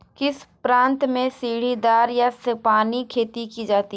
किस प्रांत में सीढ़ीदार या सोपानी खेती की जाती है?